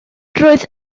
roedd